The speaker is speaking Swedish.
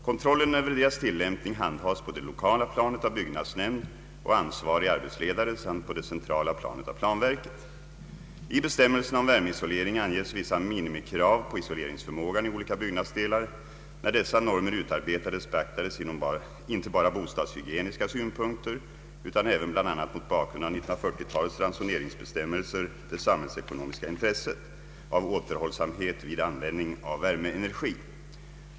Kontrollen över deras tillämpning handhas på det lokala planet av byggnadsnämnd och ansvarig arbetsledare I bestämmelserna om värmeisolering anges vissa minimikrav på isoleringsförmågan i olika byggnadsdelar. När dessa normer utarbetades beaktades inte bara bostadshygieniska synpunkter utan även — bl.a. mot bakgrund av 1940-talets = ransoneringsbestämmelser — det samhällsekonomiska intresset av återhållsamhet vid användning av värmeenergi.